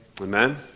Amen